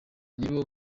nabo